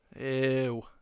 Ew